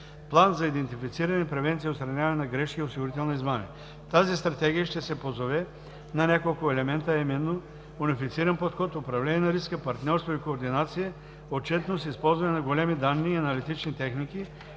план за идентифициране, превенция и отстраняване на грешки и осигурителни измами. Тази стратегия ще се позове на няколко елемента, а именно: унифициран подход; управление на риска; партньорство и координация; отчетност; използване на големи данни и аналитични техники